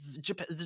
Japan